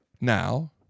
Now